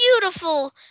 beautiful